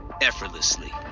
effortlessly